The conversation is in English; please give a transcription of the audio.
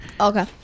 Okay